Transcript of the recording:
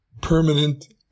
permanent